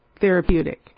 therapeutic